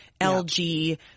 LG